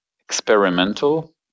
experimental